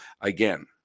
Again